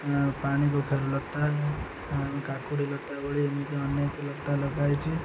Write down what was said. ପାଣି କଖାରୁ ଲତା କାକୁଡ଼ି ଲତା ଭଳି ଏମିତି ଅନେକ ଲତା ଲଗାଇଛି